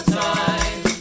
time